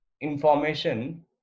information